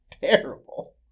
Terrible